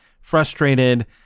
frustrated